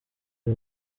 uyu